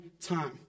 time